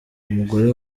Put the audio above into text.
umugore